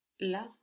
La